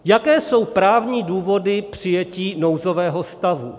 Jaké jsou právní důvody přijetí nouzového stavu?